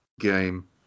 game